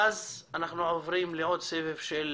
ואז נעבור לעוד סבב של